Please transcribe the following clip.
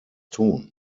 tun